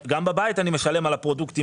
גם בבית אני משלם על הפרודוקטים.